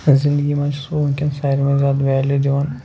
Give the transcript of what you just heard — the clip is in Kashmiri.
زندگی منٛز چھُس بہٕ وٕنکٮ۪ن سارِوی زیادٕ وٮ۪لوٗ دِوان